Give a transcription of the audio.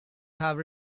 have